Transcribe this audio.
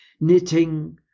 knitting